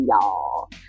y'all